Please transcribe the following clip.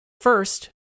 First